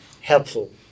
helpful